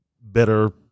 better